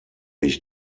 ich